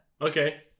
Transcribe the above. Okay